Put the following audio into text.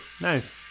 nice